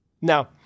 Now